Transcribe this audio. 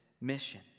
mission